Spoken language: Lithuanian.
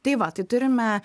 tai va tai turime